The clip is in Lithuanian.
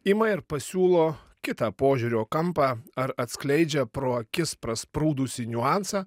ima ir pasiūlo kitą požiūrio kampą ar atskleidžia pro akis prasprūdusį niuansą